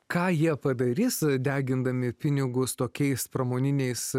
ką jie padarys degindami pinigus tokiais pramoniniais